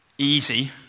easy